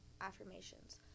affirmations